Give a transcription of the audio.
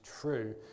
True